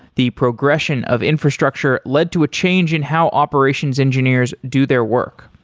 the progression of infrastructure led to a change in how operations engineers do their work.